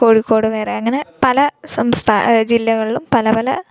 കോഴിക്കോട് വേറെ അങ്ങനെ പല സംസ്ഥാനം ജില്ലകളിലും പല പല